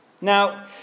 Now